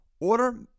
Order